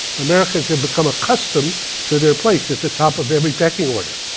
americans have become accustomed to their place at the top of every pecking order.